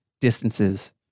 distances